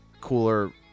cooler